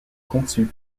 conçu